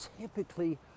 typically